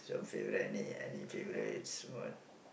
so favourite any any favourites what